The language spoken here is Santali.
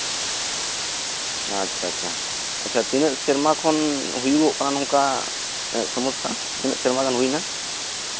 ᱟᱪᱪᱷᱟᱼᱟᱪᱪᱷᱟ ᱛᱤᱱᱟᱹᱜ ᱥᱮᱨᱢᱟ ᱠᱷᱚᱱ ᱦᱩᱭᱩᱜ ᱠᱟᱱᱟ ᱥᱚᱢᱚᱥᱥᱟ ᱛᱤᱱᱟᱹᱜ ᱥᱮᱨᱢᱟᱜᱟᱱ ᱦᱩᱭᱱᱟ